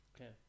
Okay